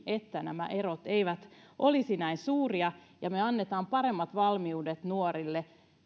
että nämä erot eivät olisi näin suuria ja että me antaisimme paremmat valmiudet nuorille